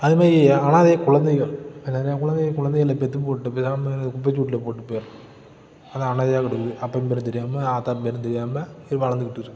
அது மாதிரி அனாதை குழந்தைகள் எல்லோரும் குழந்தை குழந்தைகளை பெற்று போட்டு பேசாமல் குப்பைத்தொட்டியில் போட்டு போயிடுறான் அது அனாதையாக கிடக்குது அப்பன் பேர் தெரியாமல் ஆத்தா பேரும் தெரியாமல் இது வளர்ந்துக்கிட்ருக்குது